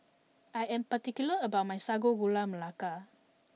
I am particular about my Sago Gula Melaka